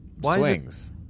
swings